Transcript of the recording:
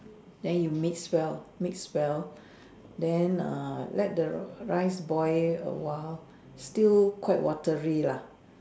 then you mix well mix well then err let the rice boil awhile still quite watery lah